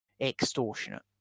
extortionate